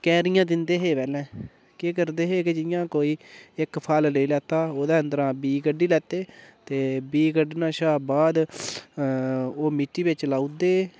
क्यारियां दिंदे हे पैह्लें केह् करदे हे कि जियां कोई इक फल लेई लैता ओह्दे अंदरा बीऽ कड्ढी लैते ते बीऽ कड्ढने शा बाद ओह् मिट्टी बिच लाऊदे